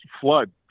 flood